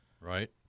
right